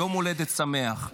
יום הולדת שמח.